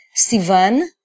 Sivan